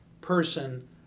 person